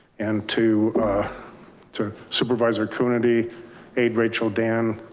and to to supervise her community aid. rachel, dan,